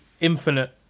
infinite